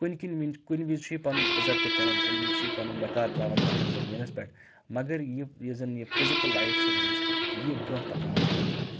کُنہِ کِنۍ وِنہِ کُنہِ وِز چھُ یہِ پَنُن عزت تہِ کَران کُنہِ وِز چھِ یہِ پَنُن وٮ۪کار ترٛاوَن پَتھر زٔمیٖنَس پٮ۪ٹھ مگر یہِ یُس زَن یہِ فِزِکَل لایِف چھِ أمِس یہِ برٛونٛہہ پکناونہٕ خٲطرٕ